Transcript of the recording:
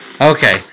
Okay